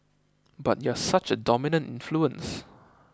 but you're such a dominant influence